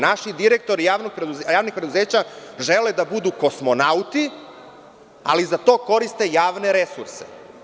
Naši direktori javnih preduzeća žele da budu kosmonauti, ali za to koriste javne resurse.